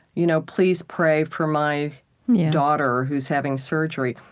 you know please pray for my daughter who's having surgery,